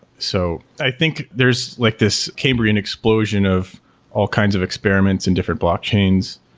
so i think there's like this cambrian explosion of all kinds of experiments in different blockchains.